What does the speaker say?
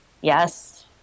Yes